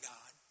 God